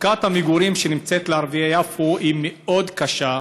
מצוקת המגורים של ערביי יפו היא מאוד קשה,